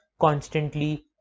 constantly